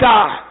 God